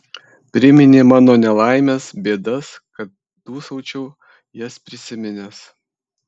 priminė mano nelaimes bėdas kad dūsaučiau jas prisiminęs